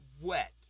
wet